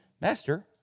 master